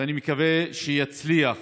ואני מקווה שהוא יצליח